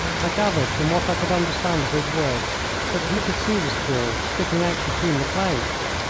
i gathered from what i could understand of his words that he could see the straw sticking out between the planks.